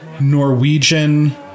Norwegian